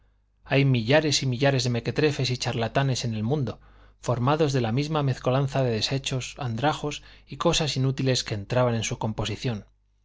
hay millares y millares de mequetrefes y charlatanes en el mundo formados de la misma mescolanza de desechos andrajos y cosas inútiles que entraban en su composición